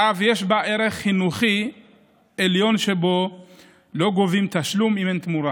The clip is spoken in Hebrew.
ואף יש בה ערך חינוכי עליון שלא גובים תשלום אם אין תמורה.